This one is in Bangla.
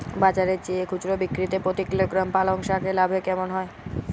বাজারের চেয়ে খুচরো বিক্রিতে প্রতি কিলোগ্রাম পালং শাকে লাভ কেমন হয়?